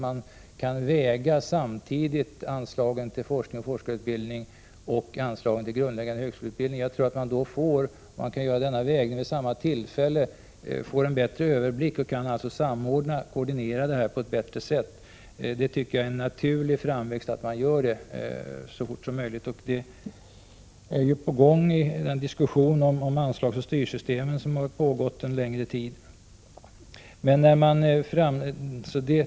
Man kan då samtidigt avväga anslagen till forskning och forskarutbildning och till grundläggande högskoleutbildning. Om man kan göra den avvägningen vid ett och samma tillfälle, får man en bättre överblick och kan samordna detta på ett bättre sätt. Jag tycker att det är en naturlig utveckling att man gör det så fort som möjligt. Det är på gång när det gäller den diskussion om anslag till styrsystem som har pågått en längre tid. Det tycker jag är ganska klart.